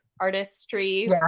artistry